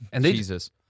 Jesus